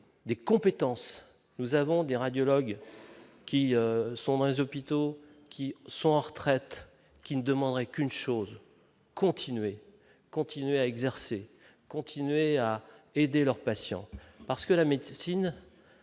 des compétences, nous avons des radiologues qui sont dans les hôpitaux qui sont en retraite qui ne demanderaient qu'une chose, continuer, continuer à exercer, continuer à aider leurs patients, parce que la médecine,